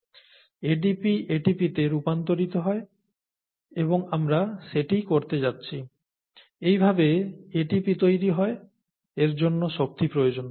ADP ATP তে রূপান্তরিত হয় এবং আমরা সেটিই করতে যাচ্ছি এভাবেই ATP তৈরি হয় এর জন্য শক্তি প্রয়োজন